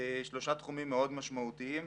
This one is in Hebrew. שלושה תחומים מאוד משמעותיים,